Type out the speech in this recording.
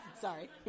Sorry